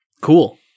Cool